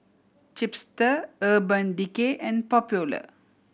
Chipster Urban Decay and Popular